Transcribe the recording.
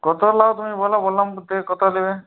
কত নাও তুমি বলো বল্লমপুর থেকে কত নেবে